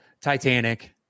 Titanic